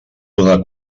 donar